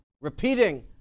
repeating